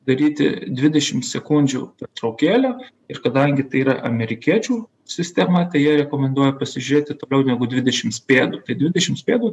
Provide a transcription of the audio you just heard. daryti dvidešim sekundžių pertraukėlę ir kadangi tai yra amerikiečių sistema kai jie rekomenduoja pasižiūrėti toliau negu dvidešims pėdų dvidešims pėdų